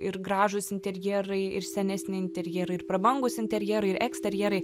ir gražūs interjerai ir senesni interjerai ir prabangūs interjerai ir eksterjerai